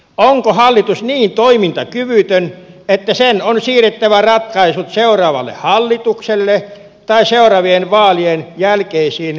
onko hallitus niin toimintakyvytön että sen on siirrettävä ratkaisut seuraavalle hallitukselle tai seuraavien vaalien jälkeisiin hallitusneuvotteluihin